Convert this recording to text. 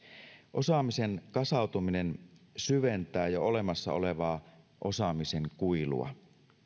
osaamisen kasautuminen syventää jo olemassa olevaa osaamisen kuilua